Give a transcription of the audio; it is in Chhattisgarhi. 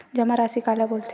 जमा राशि काला बोलथे?